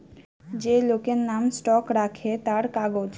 যে লোকের নাম স্টক রাখে তার কাগজ